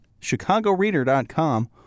Chicagoreader.com